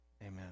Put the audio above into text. amen